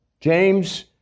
James